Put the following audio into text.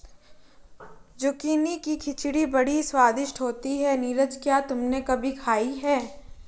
Zucchini की खिचड़ी बड़ी स्वादिष्ट होती है नीरज क्या तुमने कभी खाई है?